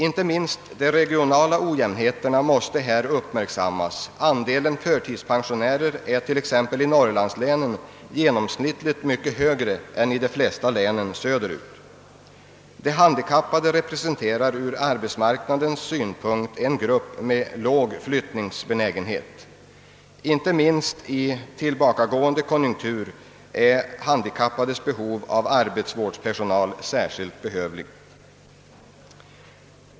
Inte minst de regionala ojämnheterna måste här uppmärksammas. Andelen förtidspensionärer är t.ex. i norrlandslänen genomsnittligt mycket högre än i de flesta länen söderut. De handikappade representerar ur arbetsmarknadssynpunkt en grupp med låg flyttningsbenägenhet. Inte minst i en tillbakagående konjunktur är de handikappades behov av arbetsvårdspersonal särskilt stort.